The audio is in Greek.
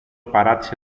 παράτησε